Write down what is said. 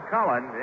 Cullen